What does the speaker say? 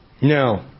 No